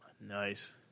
Nice